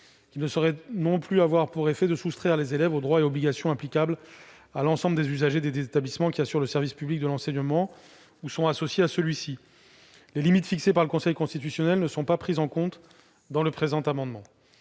il ne saurait non plus avoir pour effet de soustraire les élèves aux droits et obligations applicables à l'ensemble des usagers des établissements qui assurent le service public de l'enseignement ou sont associés à celui-ci ». Or les limites fixées par le Conseil constitutionnel ne sont pas prises en compte dans le présent amendement.